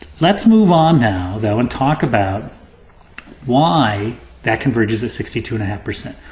let's move on now, though, and talk about why that converges at sixty two and a half percent.